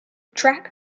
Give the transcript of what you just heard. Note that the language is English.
track